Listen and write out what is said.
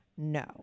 No